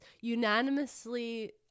unanimously